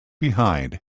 behind